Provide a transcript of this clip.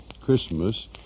Christmas